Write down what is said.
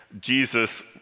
Jesus